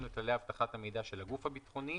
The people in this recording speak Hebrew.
לכללי אבטחת המידע של הגוף הביטחוני,